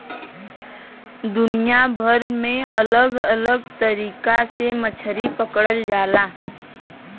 दुनिया भर में अलग अलग तरीका से मछरी पकड़ल जाला